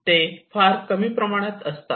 ते फार कमी प्रमाणात असतात